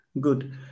Good